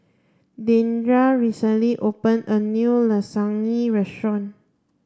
Deandra recently open a new Lasagne restaurant